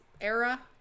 era